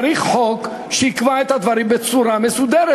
צריך חוק שיקבע את הדברים בצורה מסודרת.